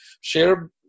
share